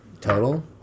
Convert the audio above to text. Total